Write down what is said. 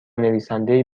نویسنده